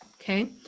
Okay